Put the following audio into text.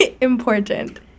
Important